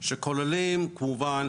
שכוללים כמובן,